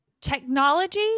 technology